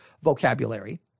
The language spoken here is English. vocabulary